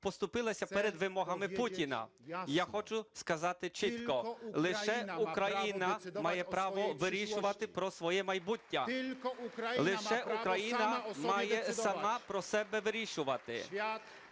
поступилася перед вимогами Путіна. І я хочу сказати чітко: лише Україна має право вирішувати про своє майбуття, лише Україна має сама про себе вирішувати.